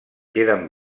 queden